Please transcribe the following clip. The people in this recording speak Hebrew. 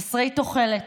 חסרי תוחלת,